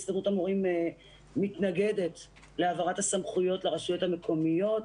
הסתדרות המורים מתנגדת להעברת הסמכויות לרשויות המקומיות.